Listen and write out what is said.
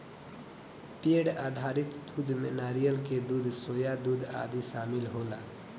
पेड़ आधारित दूध में नारियल के दूध, सोया दूध आदि शामिल होला